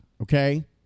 okay